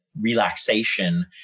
relaxation